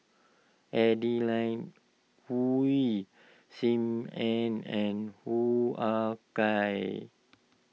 Adeline Ooi Sim Ann and Hoo Ah Kay